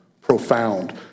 Profound